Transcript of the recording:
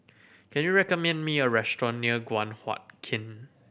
can you recommend me a restaurant near Guan Huat Kiln